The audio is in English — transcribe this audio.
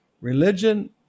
Religion